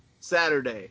Saturday